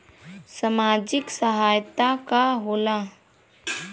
सामाजिक सहायता का होला?